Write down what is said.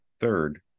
Third